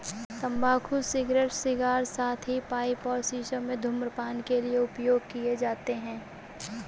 तंबाकू cigarette, cigar, साथ ही पाइप और शीशों में धूम्रपान के लिए उपयोग किए जाते हैं